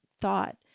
thought